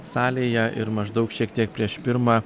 salėje ir maždaug šiek tiek prieš pirmą